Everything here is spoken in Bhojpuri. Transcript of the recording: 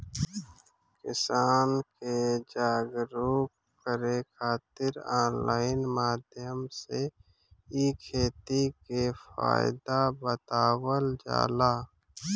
किसान के जागरुक करे खातिर ऑनलाइन माध्यम से इ खेती के फायदा बतावल जाला